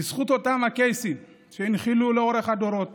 בזכות אותם הקייסים, שהנחילו לאורך הדורות